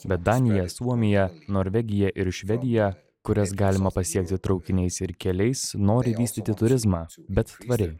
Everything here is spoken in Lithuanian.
bet danija suomija norvegija ir švedija kurias galima pasiekti traukiniais ir keliais nori vystyti turizmą bet tvariai